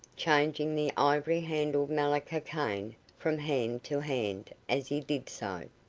changing the ivory-handled malacca cane from hand to hand as he did so.